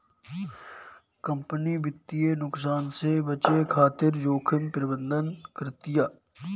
company वित्तीय नुकसान से बचे खातिर जोखिम प्रबंधन करतिया